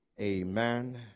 Amen